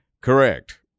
Correct